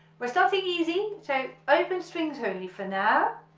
we're starting easy so open strings only for now,